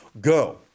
go